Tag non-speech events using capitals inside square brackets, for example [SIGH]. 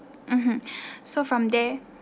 mmhmm [BREATH] so from there